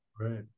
right